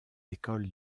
écoles